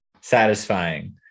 satisfying